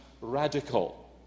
radical